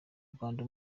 rwanda